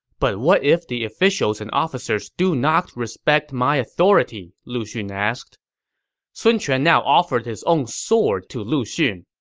but what if the officials and officers do not respect my command? lu xun asked sun quan now offered his own sword to lu xun.